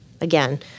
again